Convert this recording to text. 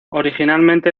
originalmente